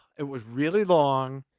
it was really long.